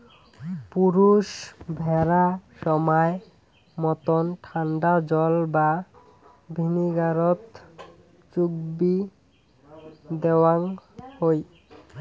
পুরুষ ভ্যাড়া সমায় মতন ঠান্ডা জল বা ভিনিগারত চুগবি দ্যাওয়ং হই